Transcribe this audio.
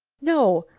no,